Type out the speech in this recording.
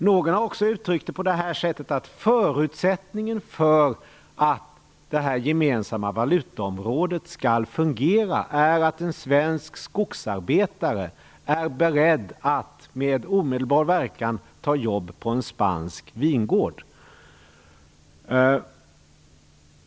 Några har också uttryckt det som så att förutsättningen för att det gemensamma valutaområdet skall fungera är att en svensk skogsarbetare är beredd att med omedelbar verkan ta jobb på en spansk vingård.